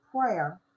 prayer